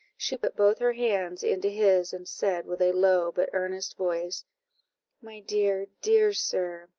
she put both her hands into his, and said, with a low but earnest voice my dear, dear sir,